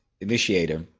initiator